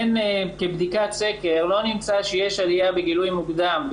כבדיקת סקר לא נמצא שיש עלייה בגילוי מוקדם,